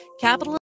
Capitalism